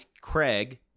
Craig